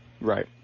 Right